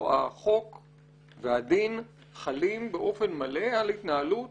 החוק והדין חלים באופן מלא על התנהלות